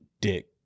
dick